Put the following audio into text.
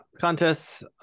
Contests